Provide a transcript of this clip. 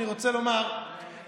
אני רוצה לומר שאני,